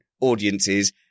audiences